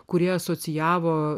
kurie asocijavo